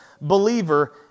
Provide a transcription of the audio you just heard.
believer